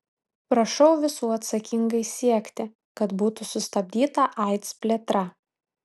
prašau visų atsakingai siekti kad būtų sustabdyta aids plėtra